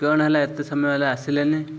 କ'ଣ ହେଲା ଏତେ ସମୟ ହେଲା ଆସିଲେନି